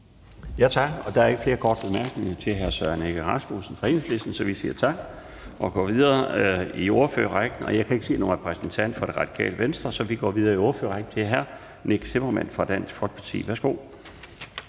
Laustsen): Der er ikke flere korte bemærkninger til hr. Søren Egge Rasmussen fra Enhedslisten, så vi siger tak og går videre i ordførerrækken. Jeg kan ikke se nogen repræsentant fra Radikale Venstre, så vi går videre til hr. Nick Zimmermann fra Dansk Folkeparti. Værsgo.